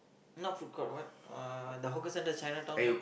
not food court what uh the hawker centre in Chinatown there